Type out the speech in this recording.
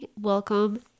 welcome